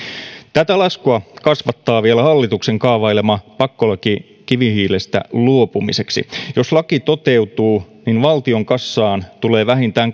tätä laskua kasvattaa vielä hallituksen kaavailema pakkolaki kivihiilestä luopumiseksi jos laki toteutuu niin valtion kassaan tulee vähintään